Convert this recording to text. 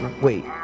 wait